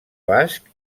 basc